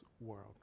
world